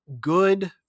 good